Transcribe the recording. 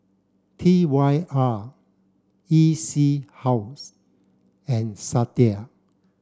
T Y R E C House and Sadia